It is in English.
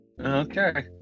Okay